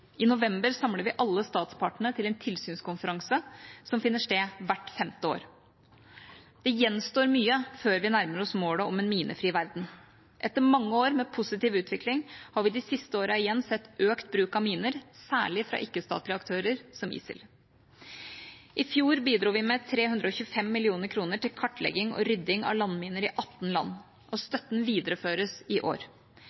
I november samler vi alle statspartene til en tilsynskonferanse, som finner sted hvert femte år. Det gjenstår mye før vi nærmer oss målet om en minefri verden. Etter mange år med positiv utvikling har vi de siste årene igjen sett økt bruk av miner, særlig av ikke-statlige aktører som ISIL. I fjor bidro vi med over 325 mill. kr til kartlegging og rydding av landminer i 18 land, og